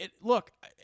Look